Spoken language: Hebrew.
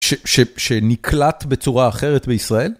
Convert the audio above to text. שנקלט בצורה אחרת בישראל?